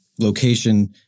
location